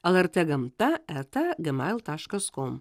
lrt gamta eta gmail taškas kom